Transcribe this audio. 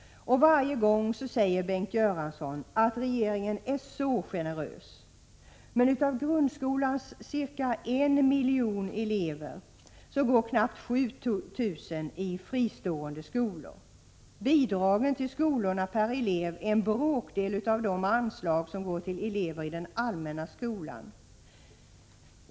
Varje gång säger Bengt Göransson att regeringen är så generös. Men av grundskolans cirka en miljon elever går knappt 7 000 i fristående skolor. Bidragen till skolorna per elev är en bråkdel av de anslag som går till elever i den allmänna skolan.